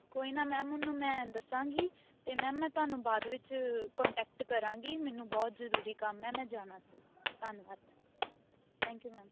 ਕੋਈ ਨਾ ਮੈਮ ਉਹਨੂੰ ਮੈਂ ਦੱਸਾਂਗੀ ਅਤੇ ਮੈਮ ਮੈਂ ਤੁਹਾਨੂੰ ਬਾਅਦ ਵਿੱਚ ਕੋਂਟੈਕਟ ਕਰਾਂਗੀ ਮੈਨੂੰ ਬਹੁਤ ਜ਼ਰੂਰੀ ਕੰਮ ਹੈ ਮੈਂ ਜਾਣਾ ਸੀ ਧੰਨਵਾਦ ਥੈਂਕ ਯੂ ਮੈਮ